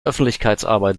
öffentlichkeitsarbeit